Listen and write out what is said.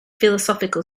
philosophical